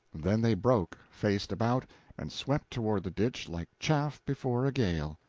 then they broke, faced about and swept toward the ditch like chaff before a gale.